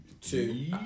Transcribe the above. two